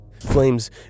Flames